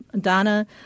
Donna